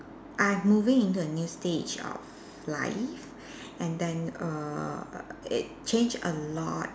I'm moving into a new stage of life and then err it change a lot